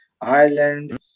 Ireland